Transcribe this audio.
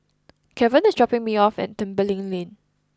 Kevan is dropping me off at Tembeling Lane